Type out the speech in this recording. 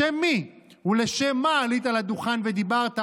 בשם מי ולשם מה עלית לדוכן ודיברת,